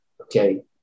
okay